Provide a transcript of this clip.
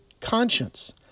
conscience